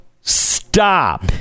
stop